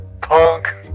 punk